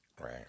Right